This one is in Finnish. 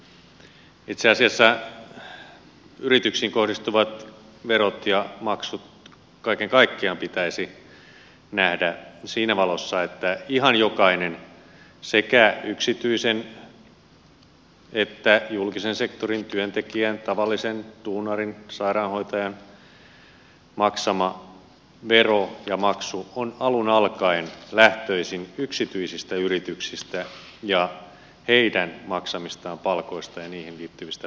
itse asiassa yrityksiin kohdistuvat verot ja maksut kaiken kaikkiaan pitäisi nähdä siinä valossa että ihan jokainen sekä yksityisen että julkisen sektorin työntekijän tavallisen duunarin sairaanhoitajan maksama vero ja maksu on alun alkaen lähtöisin yksityisistä yrityksistä ja heidän maksamistaan palkoista ja niihin liittyvistä veroista